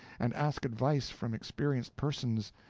and ask advice from experienced persons,